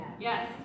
Yes